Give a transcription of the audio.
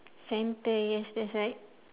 centre yes yes that's right